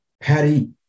Patty